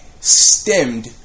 stemmed